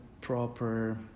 proper